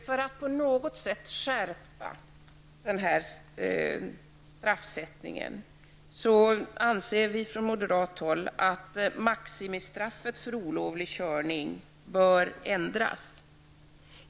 För att i någon mån skärpa straffet anser vi moderater att maximistraffet för olovlig körning bör ändras.